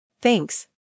Thanks